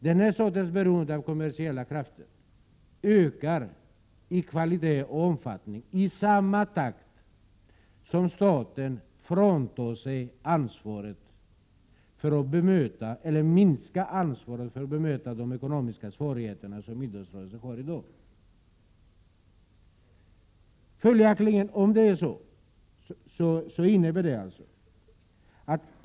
Den här sortens beroende av kommersiella krafter ökar i omfattning i samma takt som staten minskar ansvaret för de ekonomiska svårigheter som idrottsrörelsen har i dag.